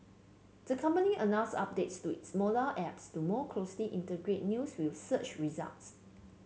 the company announced updates to its mobile app to more closely integrate news with search results